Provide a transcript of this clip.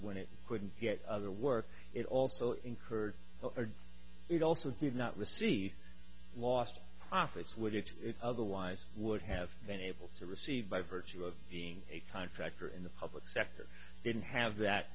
when it couldn't get other work it also incurred it also did not receive last profits would you otherwise would have been able to receive by virtue of being a contractor in the public sector didn't have that